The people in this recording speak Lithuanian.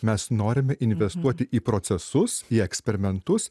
mes norime investuoti į procesus į eksperimentus